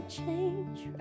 change